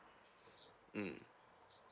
mm